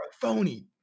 phony